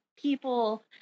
people